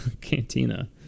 cantina